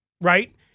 right